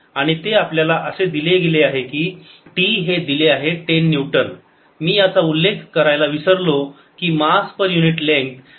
आणि ते आपल्याला असे दिले आहे की t हे दिले आहे 10 न्यूटन मी याचा उल्लेख करायला विसरलो कि मास पर युनिट लेंग्थ 0